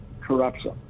corruption